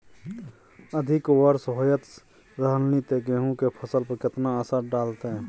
अधिक वर्षा होयत रहलनि ते गेहूँ के फसल पर केतना असर डालतै?